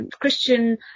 Christian